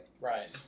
Right